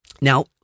Now